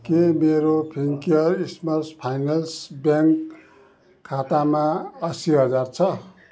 के मेरो Fincare Small Finance Bank खातामा रुपियाँ अस्सी हजार छ